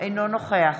אינו נוכח